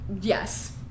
yes